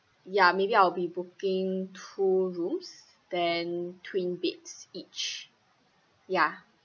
ya maybe I'll be booking two rooms then twin beds each ya